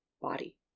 body